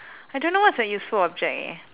I don't know what's a useful object eh